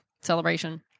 Celebration